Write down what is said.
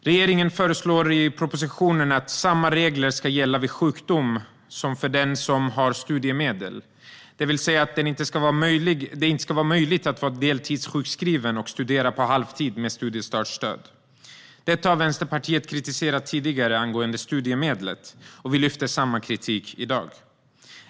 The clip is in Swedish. Regeringen föreslår i propositionen att samma regler ska gälla vid sjukdom som för den som har studiemedel, det vill säga att det inte ska vara möjligt att vara deltidssjukskriven och studera på halvtid med studiestartsstöd. Detta har Vänsterpartiet kritiserat tidigare angående studiemedlet, och vi riktar samma kritik i dag.